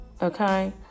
Okay